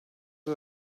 les